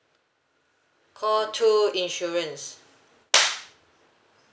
call two insurance